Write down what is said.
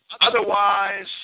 Otherwise